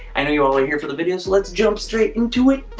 i know you all are here for the video. so let's jump straight into it.